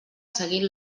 seguint